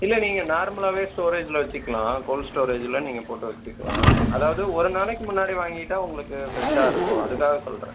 இல்லை நீங்கள் நார்மலாகவே ஸ்டோரேஜில் வைச்சிக்கலாம் கோல்ட் ஸ்டோரேஜில் நீங்கள் போட்டு வைச்சிக்கலாம் அதாவது ஒரு நாளைக்கு முன்னாடி வாங்கிட்டால் உங்களுக்கு ஃப்ரெஷ்ஷாக இருக்கும் அதுக்காக சொல்கிறேன்